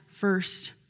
First